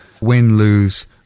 win-lose